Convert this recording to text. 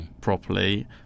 properly